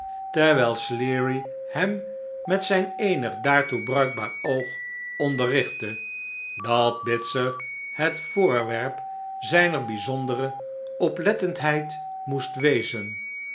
teiwijl sleary hem met zijn eenig daartoe bruikbaar oog'onderrichtte dat bitzer het voorwerp zijner bijzondere oplettendheid moest wezen